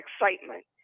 excitement